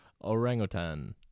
orangutan